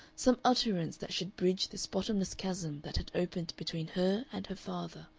some utterance that should bridge this bottomless chasm that had opened between her and her father,